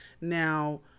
Now